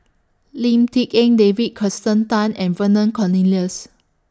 Lim Tik En David Kirsten Tan and Vernon Cornelius